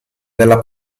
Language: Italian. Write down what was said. della